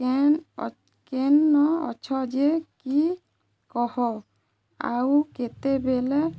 କେନ୍ କେନ୍ ନ ଅଛ ଯେ କି କହ ଆଉ କେତେବେଲେ